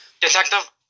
Detective